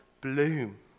bloom